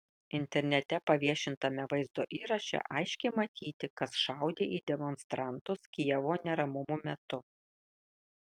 internete paviešintame vaizdo įraše aiškiai matyti kas šaudė į demonstrantus kijevo neramumų metu